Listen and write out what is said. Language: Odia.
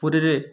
ପୁରୀରେ